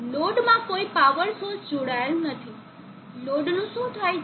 લોડમાં કોઈ power source જોડાયેલ નથી લોડનું શું થાય છે